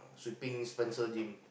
sweeping Spencer gym